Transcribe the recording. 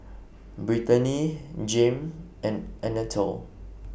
Brittani Jame and Anatole